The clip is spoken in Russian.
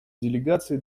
делегации